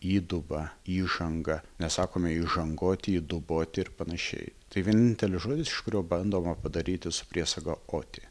įdubą įžangą nesakome įžangoti įiduboti ir panašiai tai vienintelis žodis iš kurio bandoma padaryti su priesaga oti